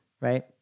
right